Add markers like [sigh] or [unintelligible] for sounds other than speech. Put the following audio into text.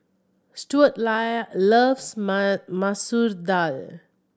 Stuart [unintelligible] loves [unintelligible] Masoor Dal